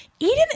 Eden